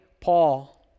Paul